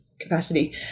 capacity